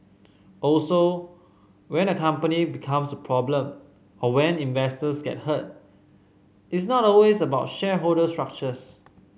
also when a company becomes a problem or when investors get hurt it's not always about shareholder structures